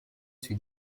sui